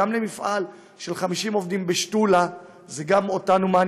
גם מפעל של 50 עובדים בשתולה מעניין אותנו,